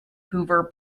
hoover